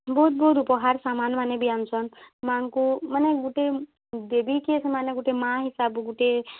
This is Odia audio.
ବହୁତ୍ ବହୁତ୍ ଉପହାର୍ ସାମାନ୍ମାନେ ବି ଆନୁଛନ୍ ମା'ଙ୍କୁ ମାନେ ଗୁଟେ ଦେବୀକେ ସେମାନେ ଗୁଟେ ମା' ହିସାବ୍ ଗୁଟେ